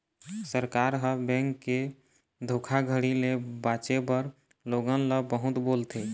सरकार ह, बेंक के धोखाघड़ी ले बाचे बर लोगन ल बहुत बोलथे